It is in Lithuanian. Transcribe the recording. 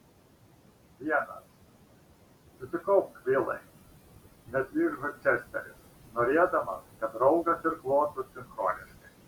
vienas susikaupk vilai neatlyžo česteris norėdamas kad draugas irkluotų sinchroniškai